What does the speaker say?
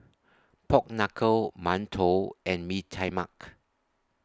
Pork Knuckle mantou and Bee Tai Mak